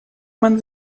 man